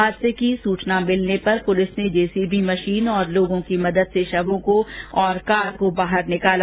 हादसे की सूचना मिलने पर पुलिस ने जेसीबी और लोगों की मदद से शवों को और कार को बाहर निकाला